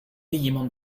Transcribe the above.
digimon